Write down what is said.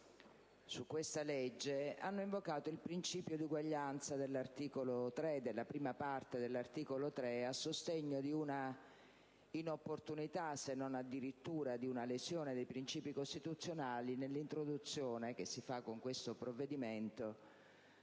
di legge, hanno invocato il principio di uguaglianza di cui alla prima parte dell'articolo 3 a sostegno di una inopportunità, se non addirittura di una lesione dei principi costituzionali, dell'introduzione che si fa con questo provvedimento